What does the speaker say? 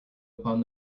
upon